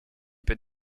peut